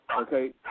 okay